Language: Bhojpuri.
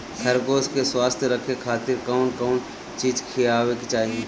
खरगोश के स्वस्थ रखे खातिर कउन कउन चिज खिआवे के चाही?